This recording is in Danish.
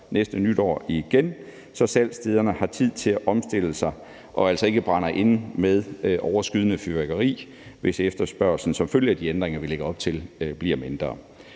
næste nytår igen, så salgsstederne har tid til at omstille sig og de altså ikke brænder inde med overskydende fyrværkeri, hvis efterspørgslen som følge af de ændringer, vi lægger op til, bliver mindre.